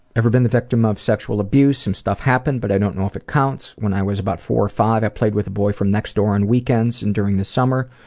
ever been the victim of sexual abuse? some stuff happened but i don't know if it counts. when i was about four or five i played with a boy from next door on weekends and during the summer.